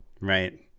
Right